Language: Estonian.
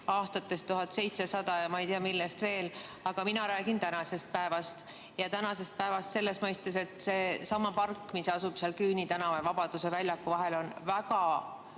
aastast 1700 ja ma ei tea, millest veel, aga mina räägin tänasest päevast. Ja tänasest päevast selles mõistes, et seesama park, mis asub seal Küüni tänava ja Vabaduse puiestee vahel, on väga